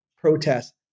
protest